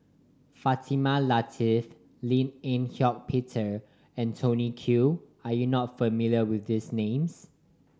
Fatimah Lateef Lim Eng Hock Peter and Tony Khoo are you not familiar with these names